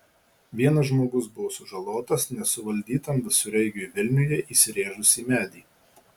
vienas žmogus buvo sužalotas nesuvaldytam visureigiui vilniuje įsirėžus į medį